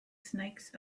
snakes